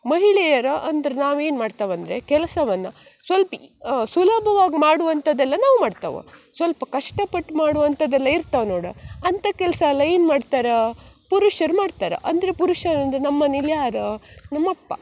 ಮಹಿಳೆಯರು ಅಂದ್ರೆ ನಾವೇನು ಮಾಡ್ತೇವ್ ಅಂದರೆ ಕೆಲಸವನ್ನ ಸೊಲ್ಪ ಸುಲಭವಾಗಿ ಮಾಡುವಂಥದ್ದೆಲ್ಲ ನಾವು ಮಾಡ್ತೇವು ಸ್ವಲ್ಪ ಕಷ್ಟಪಟ್ಟು ಮಾಡುವಂಥದ್ದೆಲ್ಲ ಇರ್ತವೆ ನೋಡಿ ಅಂಥ ಕೆಲಸ ಎಲ್ಲ ಏನು ಮಾಡ್ತಾರೆ ಪುರುಷರು ಮಾಡ್ತಾರೆ ಅಂದರೆ ಪುರುಷರು ಅಂದರೆ ನಮ್ಮ ಮನಿಲಿ ಯಾರು ನಮ್ಮ ಅಪ್ಪ